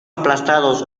aplastados